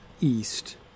east